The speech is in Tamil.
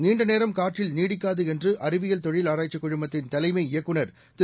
நீண்ட நேரம் காற்றில் நீடிக்காது என்று அறிவியல் தொழில் ஆராய்ச்சி குழுமத்தின் தலைமை இயக்குநர் திரு